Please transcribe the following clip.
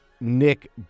Nick